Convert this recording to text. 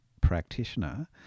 practitioner